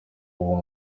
ubu